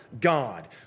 God